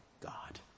God